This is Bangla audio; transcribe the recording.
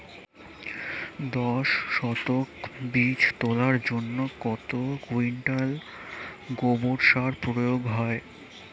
দশ শতক বীজ তলার জন্য কত কুইন্টাল গোবর সার প্রয়োগ হয়?